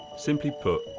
simply put,